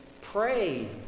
pray